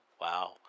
Wow